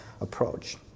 approach